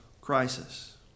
crisis